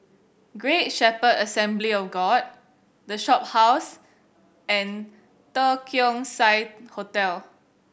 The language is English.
Great Shepherd Assembly of God The Shophouse and The Keong Saik Hotel